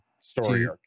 story